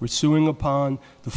we're suing upon the